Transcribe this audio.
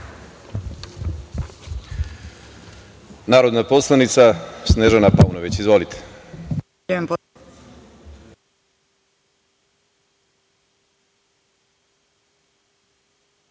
narodna poslanica Snežana Paunović. Izvolite.